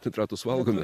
nitratus valgome